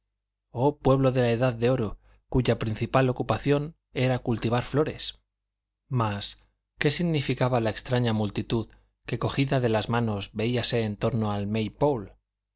oh pueblo de la edad de oro cuya principal ocupación era cultivar flores mas qué significaba la extraña multitud que cogida de las manos veíase el torno del